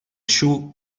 shu